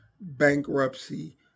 bankruptcy